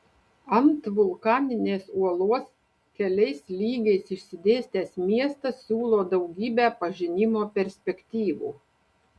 ant vulkaninės uolos keliais lygiais išsidėstęs miestas siūlo daugybę pažinimo perspektyvų